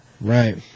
Right